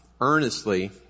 Earnestly